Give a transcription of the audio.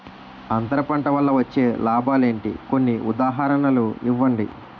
అంతర పంట వల్ల వచ్చే లాభాలు ఏంటి? కొన్ని ఉదాహరణలు ఇవ్వండి?